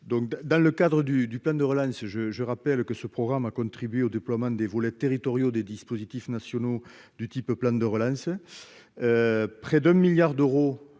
donc dans le cadre du du plan de relance, je, je rappelle que ce programme a au déploiement des volets territoriaux des dispositifs nationaux du type plan de relance, près d'un milliard d'euros